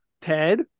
Ted